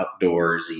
outdoorsy